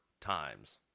times